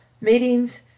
Meetings